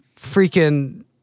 freaking